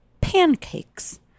pancakes